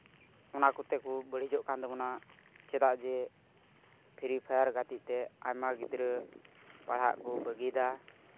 ᱚᱱᱟ ᱠᱚᱛᱮ ᱠᱚ ᱵᱟᱹᱲᱤᱡᱚᱜ ᱠᱟᱱ ᱛᱟᱵᱚᱱᱟ ᱪᱮᱫᱟᱜ ᱡᱮ ᱯᱷᱨᱤ ᱯᱷᱟᱭᱟᱨ ᱜᱟᱛᱮᱜ ᱛᱮ ᱟᱭᱢᱟ ᱜᱤᱫᱽᱨᱟᱹ ᱯᱟᱲᱦᱟᱜ ᱠᱚ ᱵᱟᱹᱜᱤᱫᱟ